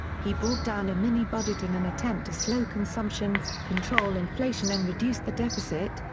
he brought down a mini-budget in an attempt to slow consumption, control inflation and reduce the deficit,